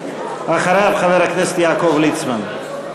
אחריו, חבר הכנסת יעקב ליצמן.